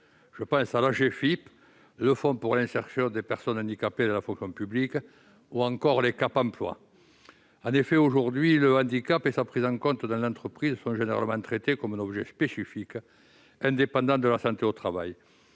handicapées (Agefiph), au fonds pour l'insertion des personnes handicapées dans la fonction publique (FIPHFP) ou à Cap emploi. En effet, aujourd'hui, le handicap et sa prise en compte dans l'entreprise sont généralement traités comme un objet spécifique, indépendant de la santé au travail.